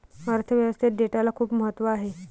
अर्थ व्यवस्थेत डेटाला खूप महत्त्व आहे